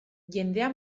jendea